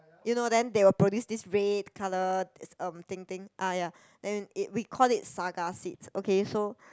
you know then they will produce this red colour is um thing thing ah ya then it we call it saga seeds okay so